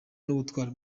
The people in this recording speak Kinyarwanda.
n’ubutwari